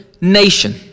nation